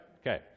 Okay